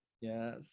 yes